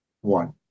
one